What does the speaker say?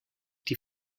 die